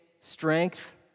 strength